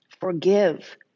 Forgive